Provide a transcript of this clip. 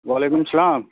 وعلیکُم سلام